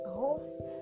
host